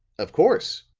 of course.